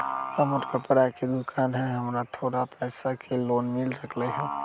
हमर कपड़ा के दुकान है हमरा थोड़ा पैसा के लोन मिल सकलई ह?